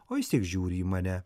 o jis tik žiūri į mane